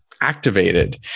activated